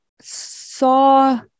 saw